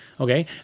Okay